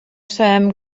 sabem